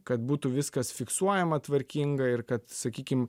kad būtų viskas fiksuojama tvarkinga ir kad sakykim